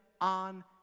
on